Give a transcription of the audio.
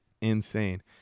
insane